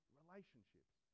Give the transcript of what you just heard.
relationships